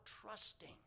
trusting